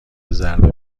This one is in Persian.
ضربه